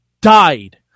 died